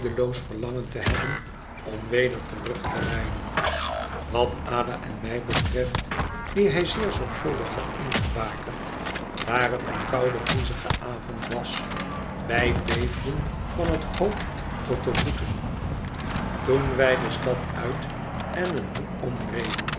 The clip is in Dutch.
verlangen te hebben om weder terug te rijden wat ada en mij betreft die hij zeer zorgvuldig had ingebakerd daar het een koude vriezige avond was wij beefden van het hoofd tot de voeten toen wij de stad uit en een hoek omreden